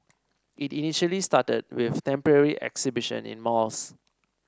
it initially started with temporary exhibition in malls